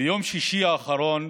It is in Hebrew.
ביום שישי האחרון,